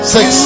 Six